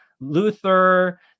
luther